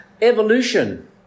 Evolution